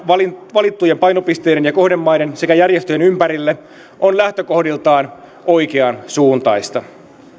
valittujen painopisteiden ja kohdemaiden sekä järjestöjen ympärille on lähtökohdiltaan oikeansuuntaista